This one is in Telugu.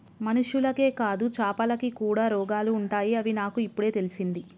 మనుషులకే కాదు చాపలకి కూడా రోగాలు ఉంటాయి అని నాకు ఇపుడే తెలిసింది